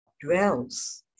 dwells